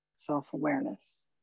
self-awareness